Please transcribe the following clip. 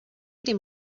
dem